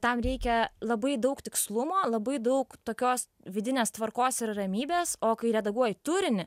tam reikia labai daug tikslumo labai daug tokios vidinės tvarkos ir ramybės o kai redaguoji turinį